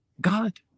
God